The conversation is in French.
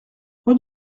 rue